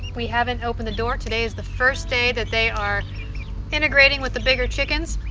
we haven't opened the door today is the first day that they are integrating with the bigger chickens.